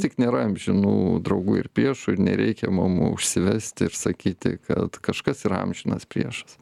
tik nėra amžinų draugų ir priešų ir nereikia mum užsivesti ir sakyti kad kažkas yra amžinas priešas